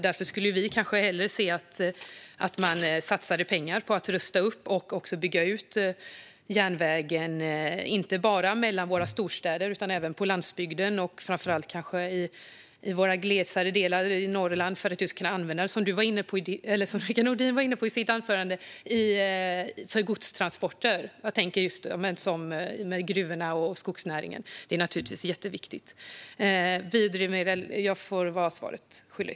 Därför skulle vi kanske hellre se att man satsade pengar på att rusta upp och också bygga ut järnvägen - inte bara mellan våra storstäder utan även på landsbygden och framför allt kanske i våra glesare delar av Norrland och, som Rickard Nordin var inne på i sitt anförande, för att kunna använda för godstransporter. Jag tänker främst på gruvorna och skogsnäringen. Det är naturligtvis jätteviktigt. När det gäller frågan om biodrivmedel blir jag svaret skyldig.